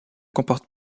comporte